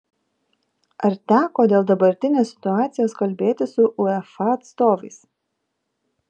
ar teko dėl dabartinės situacijos kalbėtis su uefa atstovais